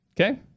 Okay